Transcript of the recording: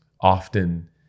often